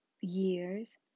years